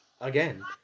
Again